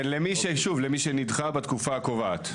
כן, למי שנדחה בתקופה הקובעת.